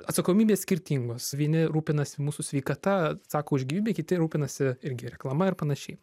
atsakomybės skirtingos vieni rūpinasi mūsų sveikata atsako už gyvybę kiti rūpinasi irgi reklama ir panašiai